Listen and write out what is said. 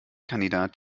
kandidat